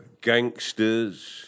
gangsters